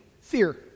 fear